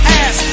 ass